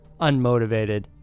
unmotivated